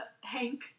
Hank